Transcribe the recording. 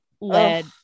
led